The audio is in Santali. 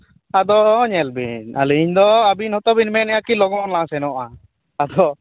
ᱟᱫᱚ ᱧᱮᱞᱵᱤᱱ ᱟᱹᱞᱤᱧᱫᱚ ᱟᱹᱵᱤᱱ ᱦᱚᱛᱚᱵᱤᱱ ᱢᱮᱱᱮᱫᱼᱟ ᱠᱤ ᱞᱚᱜᱚᱱᱞᱟᱝ ᱥᱮᱱᱚᱜᱼᱟ ᱟᱫᱚ